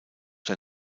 der